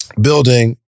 building